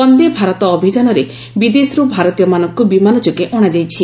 ବନ୍ଦେ ଭାରତ ଅଭିଯାନରେ ବିଦେଶରୁ ଭାରତୀୟମାନଙ୍କୁ ବିମାନ ଯୋଗେ ଅଣାଯାଇଛି